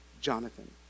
Jonathan